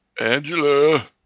Angela